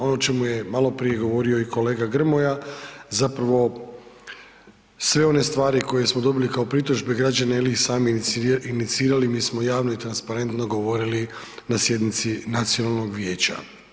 Ono o čemu je maloprije govorio i kolega Grmoja, zapravo sve one stvari koje smo dobili kao pritužbe građana ili ih sami inicirali, mi smo javno i transparentno govori na sjednici nacionalnog vijeća.